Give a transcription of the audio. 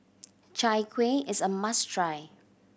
Chai Kueh is a must try